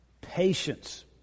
patience